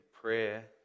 prayer